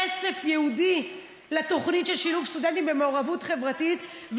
כסף ייעודי לתוכנית של שילוב סטודנטים במעורבות חברתית.